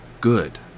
good